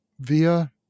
via